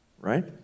right